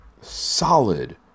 solid